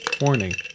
Warning